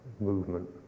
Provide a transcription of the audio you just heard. movement